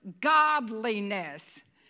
godliness